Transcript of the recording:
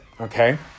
okay